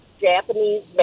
Japanese